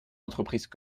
entreprises